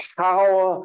power